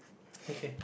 okay